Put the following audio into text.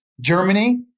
Germany